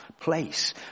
place